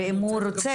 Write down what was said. ואם הוא רוצה,